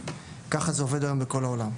ככה זה עובד היום בכל העולם.